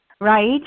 right